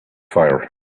fire